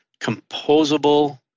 composable